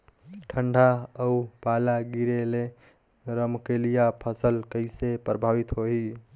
ठंडा अउ पाला गिरे ले रमकलिया फसल कइसे प्रभावित होही?